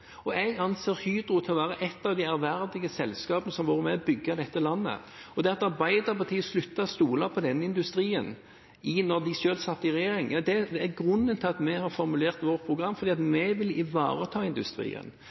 Jeg anser Hydro for å være et av de ærverdige selskapene som har vært med på å bygge dette landet, og det at Arbeiderpartiet sluttet å stole på den industrien da de selv satt i regjering, er grunnen til at vi har formulert vårt program slik, for vi vil ivareta industrien.